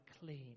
clean